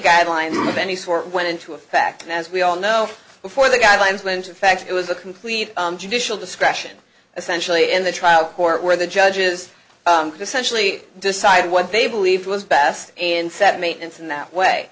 guidelines of any sort went into effect as we all know before the guidelines winter fact it was a complete judicial discretion essentially in the trial court where the judges centrally decided what they believed was best and set maintenance in that way